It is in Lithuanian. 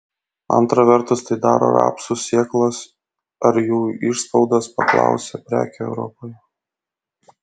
antra vertus tai daro rapsų sėklas ar jų išspaudas paklausia preke europoje